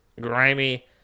Grimy